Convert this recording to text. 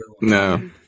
No